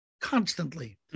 constantly